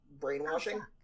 brainwashing